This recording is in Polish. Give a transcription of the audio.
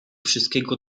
wszystkiego